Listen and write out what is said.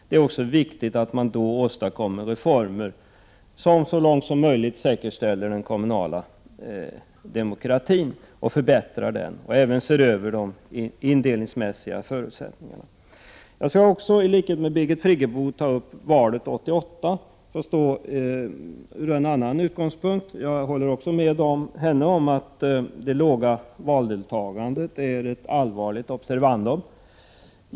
Det är också viktigt att reformer åstadkommes som så långt som möjligt säkerställer den kommunala demokratin och förbättrar — Prot. 1988/89:20 den samt även innebär en översyn av de indelningsmässiga förutsättningarna. 9 november 1988 Jag skall också, i likhet med Birgit Friggebo, ta upp valet 1988, fast från en annan utgångspunkt — jag håller dock med henne om att det låga valdeltagandet är ett allvarligt observandum.